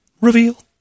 reveal